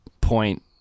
point